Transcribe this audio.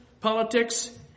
politics